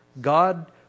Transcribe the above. God